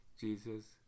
Jesus